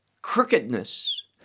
crookedness